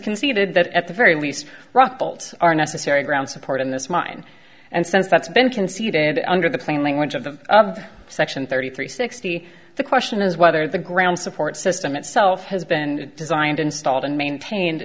conceded that at the very least rock bolts are necessary ground support in this mine and since that's been conceded under the plain language of the section thirty three sixty the question is whether the ground support system itself has been designed installed and maintained